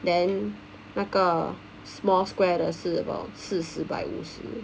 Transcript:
then 那个 small square 的是四十 by 五十